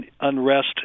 unrest